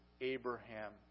Abraham